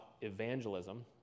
evangelism